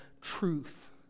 truth